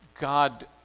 God